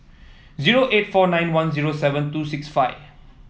zero eight four nine one zero seven two six five